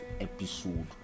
episode